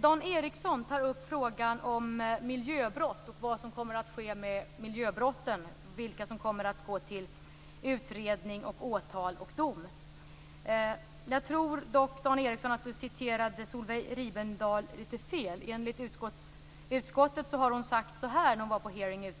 Dan Ericsson tog upp frågan om miljöbrott, vad som kommer att ske med dem och vilka ärenden som kommer att gå till utredning, åtal och dom. Jag tror dock att han citerade Solveig Riberdahl felaktigt. Enligt utskottet sade hon så här vid utskottets hearing: